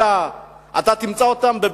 אתה תמצא אותם בשיכון-סלע,